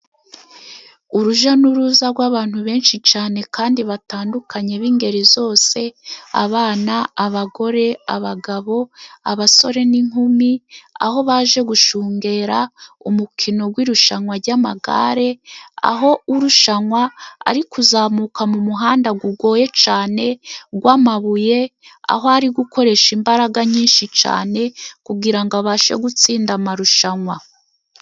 Urujya n'uruza rw'abantu benshi cyane kandi batandukanye b'ingeri zose abana, abagore, abagabo, abasore n'inkumi. Aho baje gushungera umukino w'irushanwa ry'amagare aho urushanwa ari kuzamuka mu muhanda ugoye cyane w'amabuye, aho ari gukoresha imbaraga nyinshi cyane kugira ngo abashe gutsinda amarushanwa.